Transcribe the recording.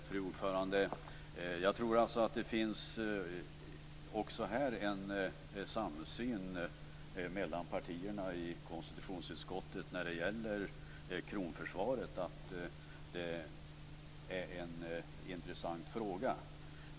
Fru talman! Jag tror att det också här finns en samsyn mellan partierna i konstitutionsutskottet när det gäller kronförsvaret, att det är en intressant fråga.